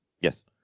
Yes